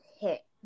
hit